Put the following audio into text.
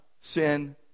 sin